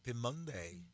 Monday